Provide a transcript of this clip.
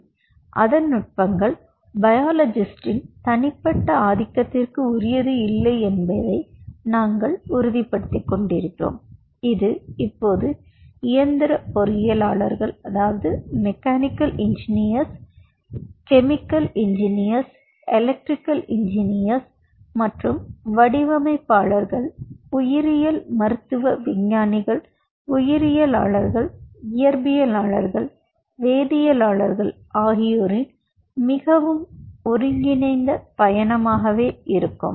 இனி அதன் நுட்பங்கள் பயோலொஜிஸ்டின் தனிப்பட்ட ஆதிக்கத்திற்கு உரியது இல்லை என்பதை நாங்கள் உறுதிப்படுத்திக் கொண்டிருக்கிறோம் இது இப்போது இயந்திர பொறியியலாளர்கள வேதியியல் பொறியாளர்கள் மின் பொறியாளர்கள் மற்றும் வடிவமைப்பாளர்கள் உயிரியல் மருத்துவ விஞ்ஞானிகள் உயிரியலாளர்கள் இயற்பியலாளர்கள் வேதியியலாளர்கள் ஆகியோரின் மிகவும் ஒருங்கிணைந்த பயணமாகும்